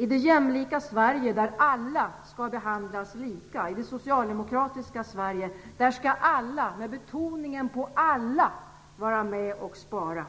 I det jämlika Sverige, där alla skall behandlas lika, och i det socialdemokratiska Sverige skall alla - med betoning på alla - vara med och spara.